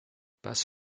passe